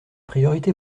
priorité